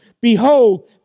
behold